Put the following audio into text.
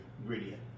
Ingredient